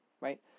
Right